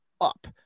up